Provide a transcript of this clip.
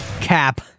Cap